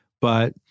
but-